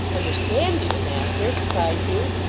understand you, master cried hugh.